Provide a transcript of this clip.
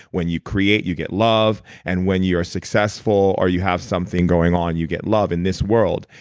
when you create, you get love. and when you are successful or you have something going on, you get love in this world.